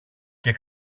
και